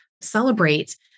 celebrate